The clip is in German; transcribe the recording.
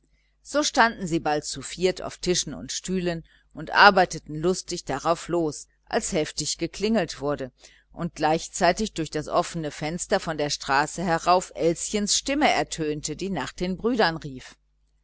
so standen sie bald zu viert auf tisch und stühlen und hantierten lustig darauf los als heftig geklingelt wurde und gleichzeitig durch das offene fenster von der straße herauf elschens stimme ertönte die nach den brüdern rief